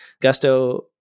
Gusto